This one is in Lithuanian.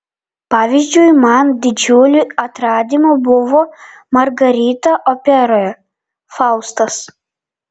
pavyzdžiui man didžiuliu atradimu buvo margarita operoje faustas